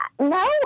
No